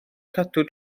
cadw